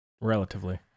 Relatively